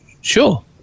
Sure